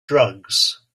drugs